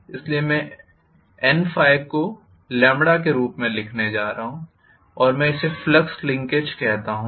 इसलिए मैं N को λ के रूप में लिखने जा रहा हूं और मैं इसे फ्लक्स लिंकेज कहता हूं